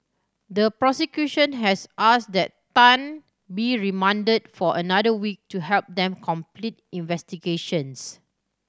the prosecution has asked that Tan be remanded for another week to help them complete investigations